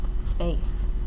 space